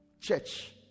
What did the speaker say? church